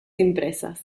impresas